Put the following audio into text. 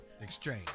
exchange